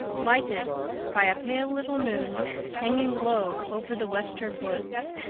lighted by a pale little moon hanging low over the western woods.